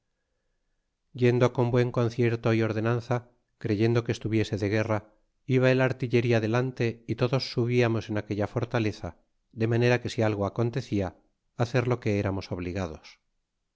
yendo con buen concierto y ordenanza creyendo que estuviese de guerra iba el artillería delante y todos subiamos en aquella fortaleza de manera que si algo acontecia hacer lo que eramos obligados